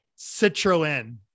Citroen